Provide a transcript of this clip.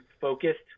focused